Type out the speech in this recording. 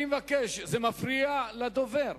אני מבקש, זה מפריע לדובר.